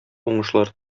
уңышлар